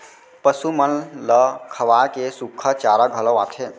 पसु मन ल खवाए के सुक्खा चारा घलौ आथे